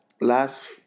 last